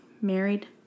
married